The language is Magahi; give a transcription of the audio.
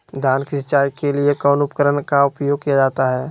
धान की सिंचाई के लिए कौन उपकरण का उपयोग किया जाता है?